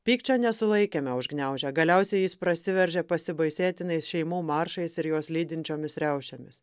pykčio nesulaikėme užgniaužę galiausiai jis prasiveržė pasibaisėtinais šeimų maršais ir juos lydinčiomis riaušėmis